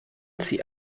sie